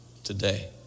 today